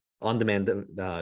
on-demand